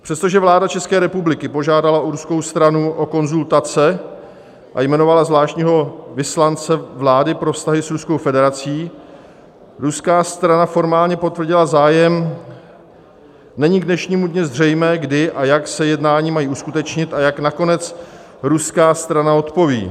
Přestože vláda České republiky požádala ruskou stranu o konzultace a jmenovala zvláštního vyslance vlády pro vztahy s Ruskou federací, ruská strana formálně potvrdila zájem, není k dnešnímu dni zřejmé, kdy a jak se jednání mají uskutečnit a jak nakonec ruská strana odpoví.